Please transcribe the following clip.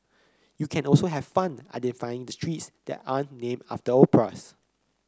you can also have fun identifying the streets that aren't named after operas